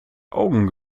augen